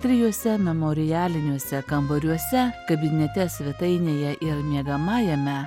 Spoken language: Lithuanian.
trijuose memorialiniuose kambariuose kabinete svetainėje ir miegamajame